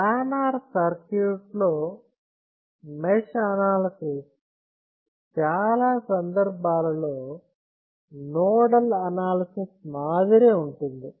planar circuit లో mesh analysis చాలా సందర్భాలలో నోడల్ అనాలసిస్ మాదిరే ఉంటుంది